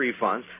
refunds